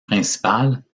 principale